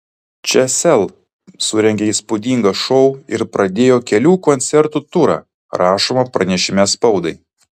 čia sel surengė įspūdingą šou ir pradėjo kelių koncertų turą rašoma pranešime spaudai